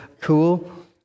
cool